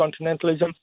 continentalism